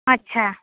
अच्छा